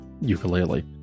ukulele